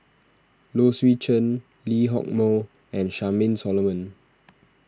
Low Swee Chen Lee Hock Moh and Charmaine Solomon